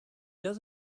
does